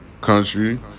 country